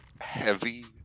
heavy